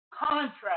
Contract